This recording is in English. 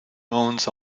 owns